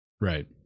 Right